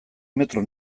metro